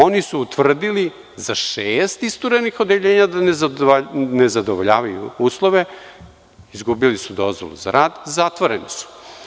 Oni su utvrdili za šest isturenih odeljenja da nezadovoljavaju uslove, izgubili su dozvolu za rad, zatvoreni su.